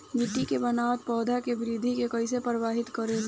मिट्टी के बनावट पौधन के वृद्धि के कइसे प्रभावित करे ले?